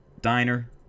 diner